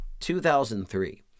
2003